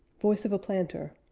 voice of a planter